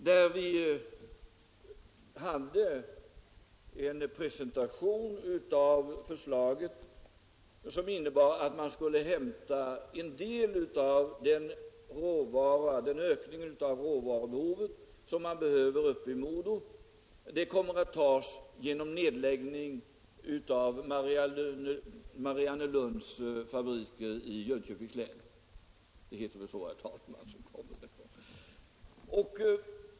Där fick vi en presentation av förslaget som innebar att MoDo skulle tillgodose en del av ökningen av råvarubehovet genom nedläggning av Mariannelunds fabrik i Jönköpings län.